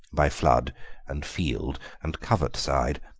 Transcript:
by flood and field and covert-side.